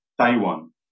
Taiwan